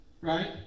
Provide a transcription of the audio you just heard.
right